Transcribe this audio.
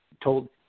told